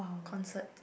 concert